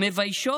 מביישות,